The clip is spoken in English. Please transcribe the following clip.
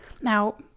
Now